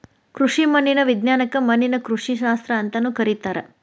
ಕೃಷಿ ಮಣ್ಣಿನ ವಿಜ್ಞಾನಕ್ಕ ಮಣ್ಣಿನ ಕೃಷಿಶಾಸ್ತ್ರ ಅಂತಾನೂ ಕರೇತಾರ